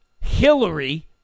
Hillary